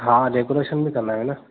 हा डेकोरेशन बि कंदा आहियूं न